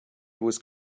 was